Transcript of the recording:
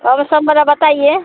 कौनो सम वाला बताइए